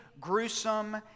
gruesome